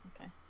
Okay